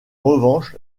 revanche